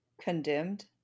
Condemned